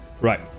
Right